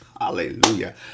Hallelujah